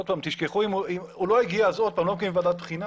הוא לא הגיע, אז לא מקיימים ועדת בחינה?